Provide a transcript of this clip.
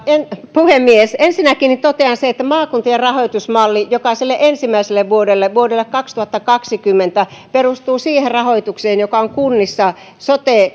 puhemies ensinnäkin totean sen että maakuntien rahoitusmalli jokaiselle ensimmäiselle vuodelle vuodelle kaksituhattakaksikymmentä perustuu siihen rahoitukseen joka on kunnissa sote